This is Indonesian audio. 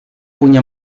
punya